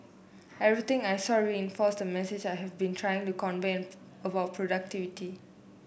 everything I saw reinforces the message I have been trying to convey about productivity